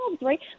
right